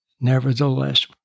nevertheless